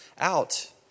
out